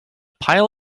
pile